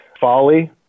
folly